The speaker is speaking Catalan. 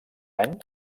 any